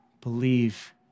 believe